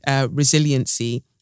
Resiliency